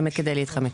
באמת כדי להתחמק.